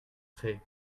créer